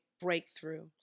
breakthrough